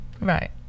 Right